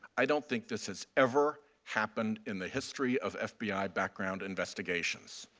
i don't think this has ever happened in the history of fbi background investigations.